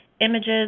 images